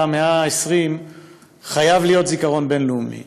המאה ה-20 חייב להיות זיכרון בין-לאומי.